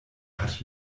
hat